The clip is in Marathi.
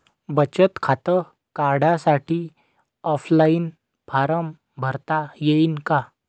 बचत खातं काढासाठी ऑफलाईन फारम भरता येईन का?